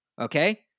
Okay